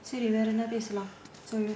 சரி வேற என்ன பேசலாம்:sari vera enna pesalaam